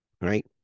right